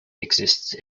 exists